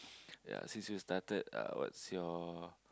ya since you started uh what's your